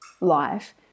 life